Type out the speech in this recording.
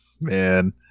man